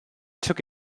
took